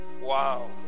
Wow